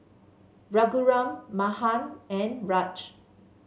Raghuram Mahan and Raj